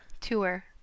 Tour